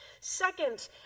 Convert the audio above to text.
Second